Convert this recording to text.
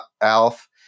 Alf